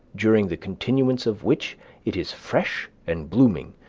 during the continuance of which it is fresh and blooming,